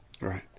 Right